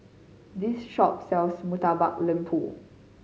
this shop sells Murtabak Lembu